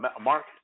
Mark